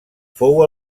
fou